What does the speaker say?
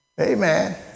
Amen